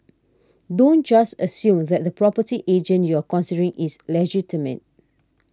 don't just assume that the property agent you're considering is legitimate